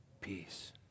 peace